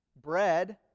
Bread